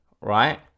right